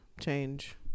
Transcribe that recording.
change